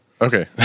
Okay